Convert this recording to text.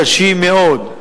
קשים מאוד,